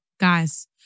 Guys